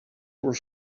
were